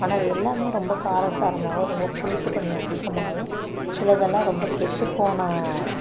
ஆனால் அது எல்லாமே ரொம்ப காரசாரமாகவும் ரொம்ப புளிப்புத்தன்மை அதிகமாகவும் சிலதெல்லாம் ரொம்ப கெட்டுப்போன